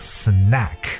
snack